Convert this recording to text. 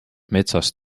metsas